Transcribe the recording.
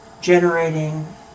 generating